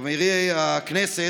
חברי הכנסת,